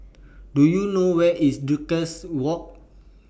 Do YOU know Where IS Duchess Walk